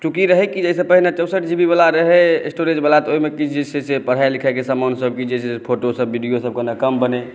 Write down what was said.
चूँकि रहय कि एहिसॅं पहिने चौसठ जी बीवला रहय स्टोरेजवला तऽ ओहिमे किछु जे छै पढ़ाइ लिखाइक समानसभ कि जे छै से फ़ोटोसभ वीडियोसभ कने कम बनै